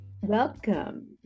welcome